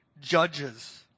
judges